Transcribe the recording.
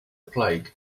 plague